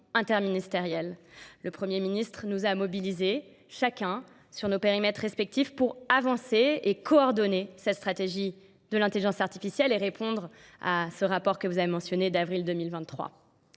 interministériel. Le Premier ministre nous a mobilisés chacun sur nos périmètres respectifs pour avancer et coordonner cette stratégie de l'intelligence artificielle et répondre à ce rapport que vous avez mentionné d'avril 2023.